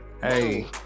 Hey